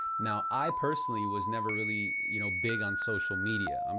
now, i personally, was never really, you know, big on social media. i'm,